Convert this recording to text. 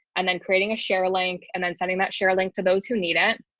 and then creating a share link and then sending that share link to those who need it.